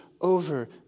over